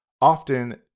Often